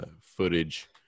footage